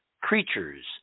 creatures